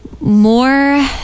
more